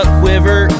quiver